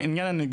שני ואחרון,